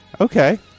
Okay